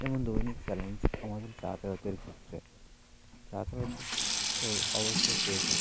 যেমন দৈনিক চ্যালেঞ্জ আমাদের যাতায়তের ক্ষেত্রে যাতায়তে তো অবশ্যই প্রয়োজন